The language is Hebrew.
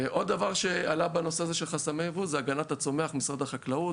עוד דבר שעלה בנושא הזה של חסמי יבוא הוא הגנת הצומח במשרד החקלאות.